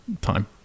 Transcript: time